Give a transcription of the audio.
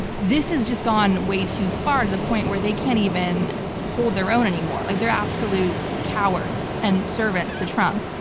this has just gone way too far to the point where they can't even hold their own anymore. like they're absolute cowards and servants to trump.